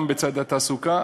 גם בצד התעסוקה,